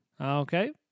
Okay